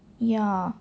ya